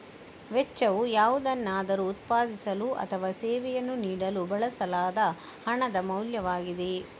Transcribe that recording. ವೆಚ್ಚವು ಯಾವುದನ್ನಾದರೂ ಉತ್ಪಾದಿಸಲು ಅಥವಾ ಸೇವೆಯನ್ನು ನೀಡಲು ಬಳಸಲಾದ ಹಣದ ಮೌಲ್ಯವಾಗಿದೆ